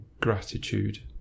gratitude